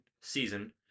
season